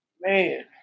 Man